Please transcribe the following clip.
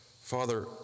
father